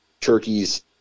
turkeys